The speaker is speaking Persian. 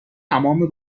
تمام